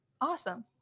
awesome